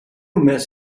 miss